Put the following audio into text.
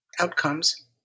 outcomes